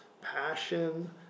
passion